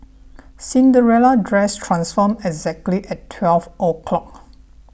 Cinderella dress transformed exactly at twelve o' clock